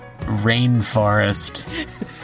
rainforest